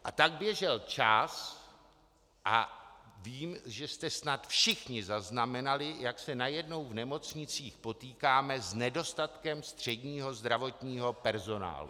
A tak běžel čas a vím, že jste snad všichni zaznamenali, jak se najednou v nemocnicích potýkáme s nedostatkem středního zdravotního personálu.